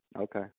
Okay